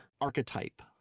archetype